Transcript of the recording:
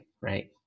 right